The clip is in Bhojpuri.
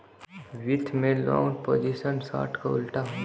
वित्त में लॉन्ग पोजीशन शार्ट क उल्टा होला